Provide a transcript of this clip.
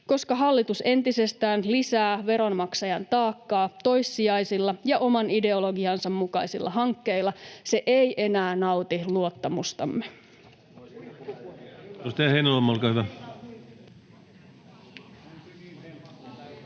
Koska hallitus entisestään lisää veronmaksajan taakkaa toissijaisilla ja oman ideologiansa mukaisilla hankkeilla, se ei enää nauti luottamustamme.”